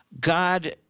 God